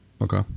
Okay